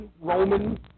Roman